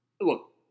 Look